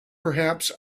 perhaps